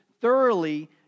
thoroughly